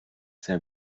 sehr